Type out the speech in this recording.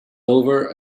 over